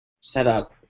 setup